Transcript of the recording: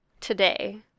today